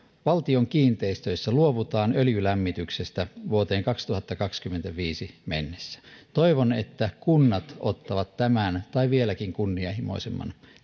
valtion kiinteistöissä luovutaan öljylämmityksestä vuoteen kaksituhattakaksikymmentäviisi mennessä toivon että kunnat ottavat tämän tai vieläkin kunnianhimoisemman